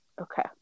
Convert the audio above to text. Okay